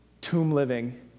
tomb-living